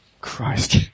Christ